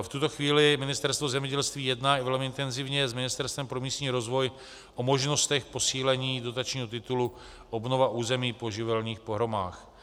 V tuto chvíli jedná Ministerstvo zemědělství velmi intenzivně s Ministerstvem pro místní rozvoj o možnostech posílení dotačního titulu obnova území po živelních pohromách.